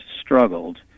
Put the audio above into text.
struggled